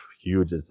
huge